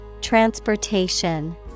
Transportation